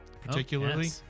particularly